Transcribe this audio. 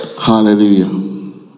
Hallelujah